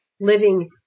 living